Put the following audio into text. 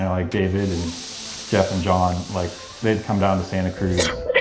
and like david, and jeff, and john. like they'd come down to santa cruz.